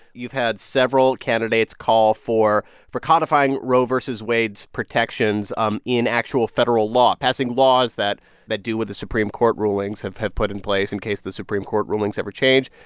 you've had several candidates call for for codifying roe v. wade's protections um in actual federal law, passing laws that that do what the supreme court rulings have have put in place in case the supreme court rulings ever change.